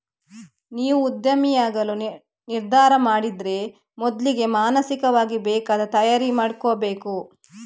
ನೀವು ಉದ್ಯಮಿಯಾಗಲು ನಿರ್ಧಾರ ಮಾಡಿದ್ರೆ ಮೊದ್ಲಿಗೆ ಮಾನಸಿಕವಾಗಿ ಬೇಕಾದ ತಯಾರಿ ಮಾಡ್ಕೋಬೇಕು